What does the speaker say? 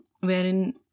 wherein